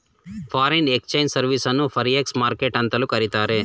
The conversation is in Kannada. ಫಾರಿನ್ ಎಕ್ಸ್ಚೇಂಜ್ ಸರ್ವಿಸ್ ಅನ್ನು ಫಾರ್ಎಕ್ಸ್ ಮಾರ್ಕೆಟ್ ಅಂತಲೂ ಕರಿತಾರೆ